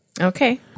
Okay